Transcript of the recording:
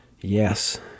Yes